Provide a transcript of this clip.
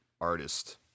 artist